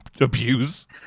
abuse